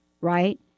Right